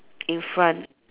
in front